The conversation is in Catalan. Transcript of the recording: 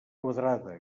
quadrada